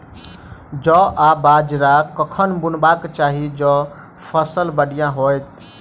जौ आ बाजरा कखन बुनबाक चाहि जँ फसल बढ़िया होइत?